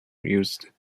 used